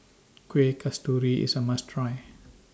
Kueh Kasturi IS A must Try